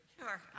Sure